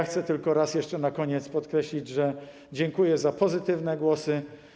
Chcę tylko raz jeszcze na koniec podkreślić, że dziękuję za pozytywne głosy.